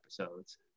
episodes